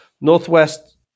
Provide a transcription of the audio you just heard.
northwest